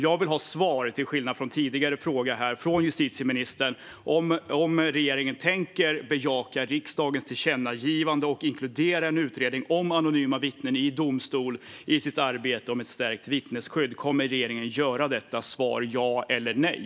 Jag vill ha svar på min fråga till justitieministern, till skillnad från hur det lät i svaret på tidigare fråga: Tänker regeringen bejaka riksdagens tillkännagivande och inkludera en utredning om anonyma vittnen i domstol i sitt arbete om ett stärkt vittnesskydd? Kommer regeringen att göra detta - är svaret ja eller nej?